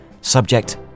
Subject